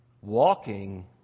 Walking